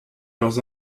leurs